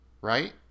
Right